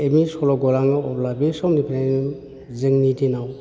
M E स्कुलाव गलाङो अब्ला बे समनिफ्रायनो जोंनि दिनाव